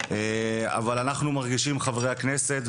אבל אנחנו מרגישים חברי הכנסת,